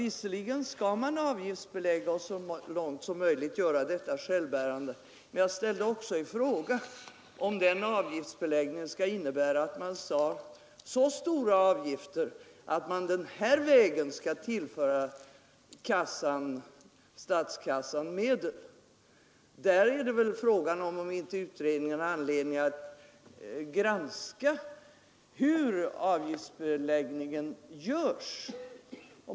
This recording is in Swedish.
Visserligen skall man avgiftsbelägga och så långt som möjligt göra verksamheten självbärande, men jag satte ochså i fråga om den avgiftsbeläggningen skall innebära att man tar så stora avgifter att man den här vägen tillför statskassan medel. Frågan är om inte utredningen har anledning granska hur avgiftsbeläggningen görs.